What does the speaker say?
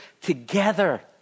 together